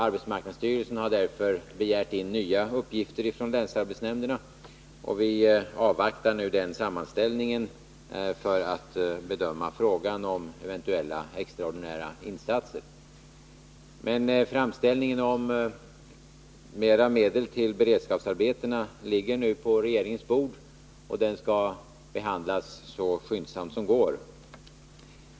Arbetsmarknadsstyrelsen har därför begärt in nya uppgifter ifrån länsarbetsnämnderna, och vi avvaktar nu sammanställningen för att kunna bedöma frågan om eventuella extraordinära insatser. Framställningen om mera medel till beredskapsarbetena ligger nu på regeringens bord, och den skall behandlas så skyndsamt som möjligt.